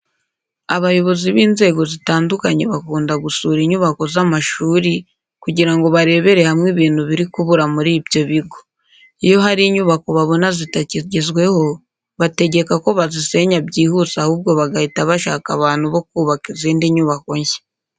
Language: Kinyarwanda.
Abayobozi b'inzego zitandukanye bakunda gusura inyubako z'amashuri kugira ngo barebere hamwe ibintu biri kubura muri ibyo bigo. Iyo hari inyubako babona zitakigezweho bategeka ko bazisenya byihuse ahubwo bagahita bashaka abantu bo kubaka izindi nyubako nshya.